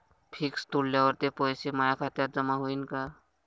Fix तोडल्यावर ते पैसे माया खात्यात जमा होईनं का?